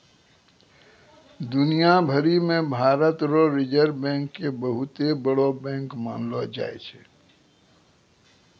दुनिया भरी मे भारत रो रिजर्ब बैंक के बहुते बड़ो बैंक मानलो जाय छै